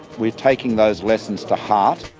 we are taking those lessons to heart.